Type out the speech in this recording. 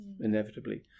inevitably